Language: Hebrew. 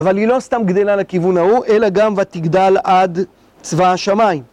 אבל היא לא סתם גדלה לכיוון ההוא, אלא גם ותגדל עד צבא השמיים